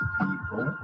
people